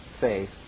faith